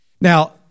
Now